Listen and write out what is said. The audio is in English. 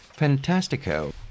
Fantastico